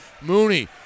Mooney